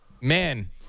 man